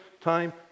time